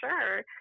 sure